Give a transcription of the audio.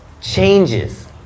changes